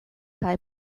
kaj